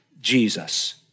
Jesus